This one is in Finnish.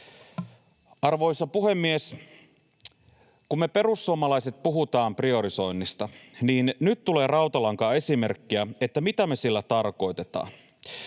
Arvoisa puhemies! Kun me perussuomalaiset puhutaan priorisoinnista, niin nyt tulee rautalankaesimerkkiä, mitä me sillä tarkoitetaan: